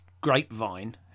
Grapevine